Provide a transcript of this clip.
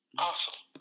Awesome